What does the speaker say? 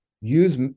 use